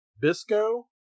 Bisco